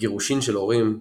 גירושין של הורים,